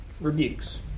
rebukes